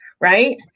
right